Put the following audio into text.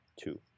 two